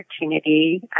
opportunity